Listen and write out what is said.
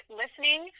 listening